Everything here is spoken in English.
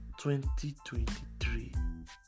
2023